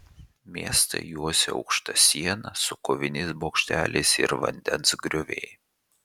miestą juosė aukšta siena su koviniais bokšteliais ir vandens grioviai